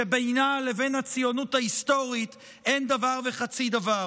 שבינה לבין הציונות ההיסטורית אין דבר וחצי דבר.